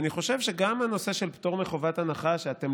אני חושב שגם הנושא של פטור מחובת הנחה שאתם